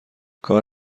کار